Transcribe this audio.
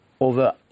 over